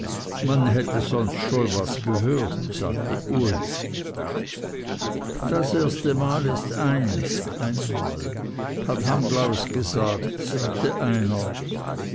man hätte sonst wohl schon was gehört sagte uli das erstemal ist eins hat hamglaus gesagt sagte einer